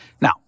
Now